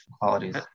qualities